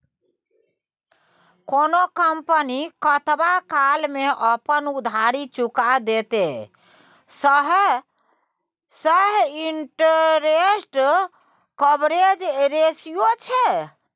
कोनो कंपनी कतबा काल मे अपन उधारी चुका देतेय सैह इंटरेस्ट कवरेज रेशियो छै